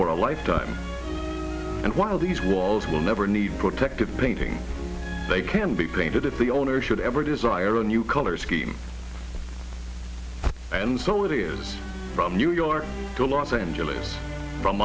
for a lifetime and while these walls will never need protected painting they can be painted if the owner should ever desire a new color scheme and so it is from new york to los angeles from